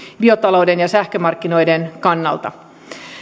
biotalouden ja sähkömarkkinoiden kannalta